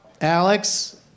Alex